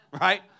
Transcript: right